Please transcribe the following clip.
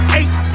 eight